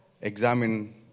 examine